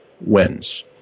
wins